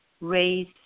raise